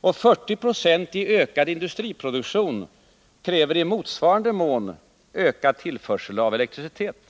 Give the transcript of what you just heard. och 40 26 i ökad industriproduktion kräver i motsvarande mån ökad tillförsel av elektricitet.